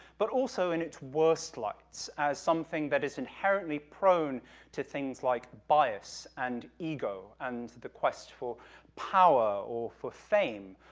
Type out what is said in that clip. but also in its worst lights, as something that is inherently prone to things like bias and ego and the quest for power or for fame,